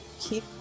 keep